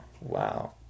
Wow